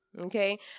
Okay